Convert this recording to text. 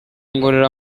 ngorora